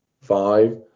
five